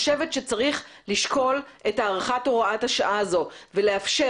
צריך לשקול את הארכת הוראת השעה הזאת ולאפשר